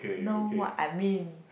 know what I mean